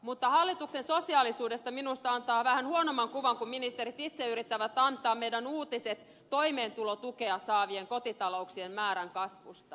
mutta hallituksen sosiaalisuudesta minusta antaa vähän huonomman kuvan kun ministerit itse yrittävät antaa meille uutiset toimeentulotukea saavien kotitalouksien määrän kasvusta